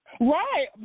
Right